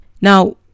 Now